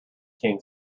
king